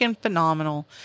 phenomenal